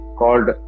called